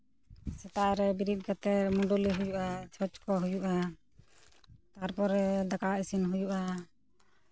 ᱥᱮᱛᱟᱜ ᱨᱮ ᱵᱮᱨᱮᱫ ᱠᱟᱛᱮ ᱢᱟᱹᱰᱟᱹᱞᱤ ᱦᱩᱭᱩᱜᱼᱟ ᱪᱷᱚᱸᱪ ᱠᱚ ᱦᱩᱭᱩᱜᱼᱟ ᱛᱟᱨᱯᱚᱨᱮ ᱫᱟᱠᱟ ᱤᱥᱤᱱ ᱦᱩᱭᱩᱜᱼᱟ